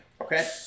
Okay